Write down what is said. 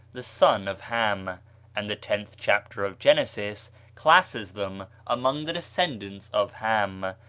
the son of ham and the tenth chapter of genesis classes them among the descendants of ham,